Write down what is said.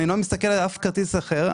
אני לא מסתכל על אף כרטיס אחר.